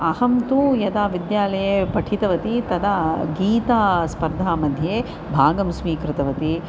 अहं तु यदा विद्यालये पठितवती तदा गीतास्पर्धामध्ये भागं स्वीकृतवती